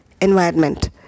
environment